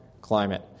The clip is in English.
climate